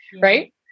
right